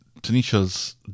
Tanisha's